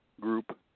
group